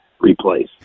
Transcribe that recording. replace